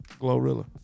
Glorilla